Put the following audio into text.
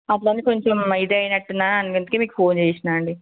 అట్లాని చెప్పి కొంచెం ఇది అయినట్టు ఉన్నదా అందుకే మీకు ఫోన్ చేసినా అండీ